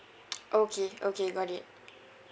okay okay got it